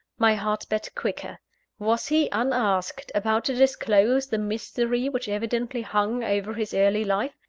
my heart beat quicker was he, unasked, about to disclose the mystery which evidently hung over his early life?